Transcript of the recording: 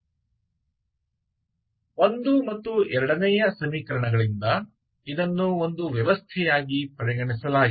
1 ಮತ್ತು 2 ಸಮೀಕರಣಗಳಿಂದ ಇದನ್ನು ಒಂದು ವ್ಯವಸ್ಥೆಯಾಗಿ ಪರಿಗಣಿಸಲಾಗಿದೆ